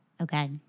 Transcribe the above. Okay